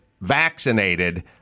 vaccinated